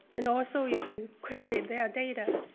and also, you can query their data.